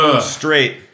straight